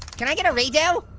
can i get a redo?